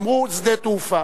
אמרו שדה תעופה,